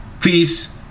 please